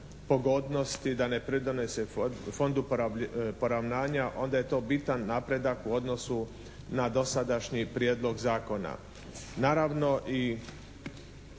pogodnosti da ne pridonose fondu poravnanja onda je to bitan napredak u odnosu na dosadašnji prijedlog zakona.